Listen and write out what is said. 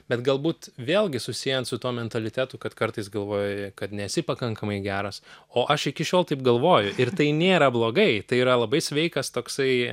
bet galbūt vėlgi susiejant su tuo mentalitetu kad kartais galvoji kad nesi pakankamai geras o aš iki šiol taip galvoju ir tai nėra blogai tai yra labai sveikas toksai